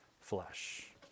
flesh